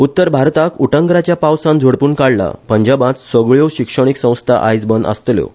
उत्तर भारताक उटंगराच्या पावसान झोडपून काडला पंजाबात सगळ्यो शिक्षणिक संस्था आयज बंद आसतल्यो